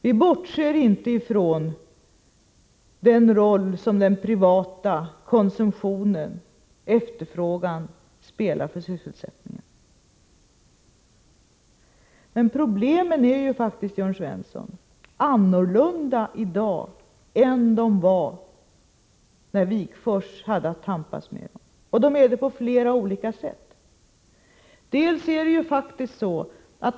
Vi bortser inte från den roll som den privata konsumtionen, efterfrågan, spelar för sysselsättningen. Men problemen är ju faktiskt, Jörn Svensson, annorlunda i dag än de var när Ernst Wigforss hade att tampas med dem, och de är det på flera olika sätt.